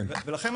ולכן,